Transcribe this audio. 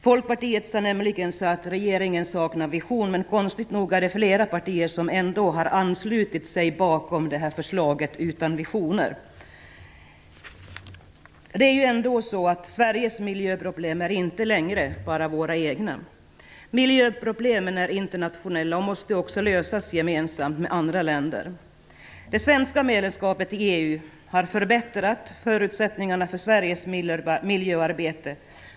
Folkpartiet har nämligen sagt att regeringen saknar visioner, men konstigt nog är det flera partier som ändå har anslutit sig till regeringens förslag utan visioner. Sveriges miljöproblem är inte längre bara våra egna. Miljöproblemen är internationella och måste också lösas tillsammans med andra länder. Det svenska medlemskapet i EU har förbättrat förutsättningarna för Sveriges miljöarbete.